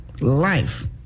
life